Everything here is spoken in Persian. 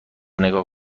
نگاه